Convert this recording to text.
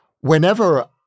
Whenever